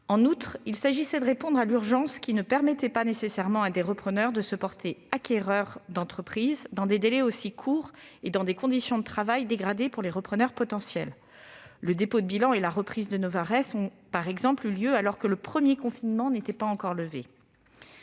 Ensuite, il s'agissait de répondre à l'urgence, qui ne permettait pas nécessairement à des repreneurs de se porter acquéreurs d'entreprises, compte tenu des délais très courts et des conditions de travail dégradées pour eux. Ainsi, le dépôt de bilan et la reprise de Novares ont eu lieu alors que le premier confinement n'était pas encore levé.